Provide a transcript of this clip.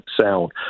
sound